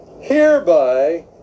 Hereby